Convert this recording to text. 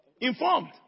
informed